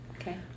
Okay